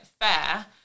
fair